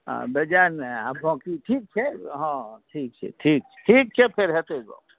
बेजाय नहि आब बाँकी ठीक छै हँ ठीक छै ठीक छै ठीक छै फेर होयतै गप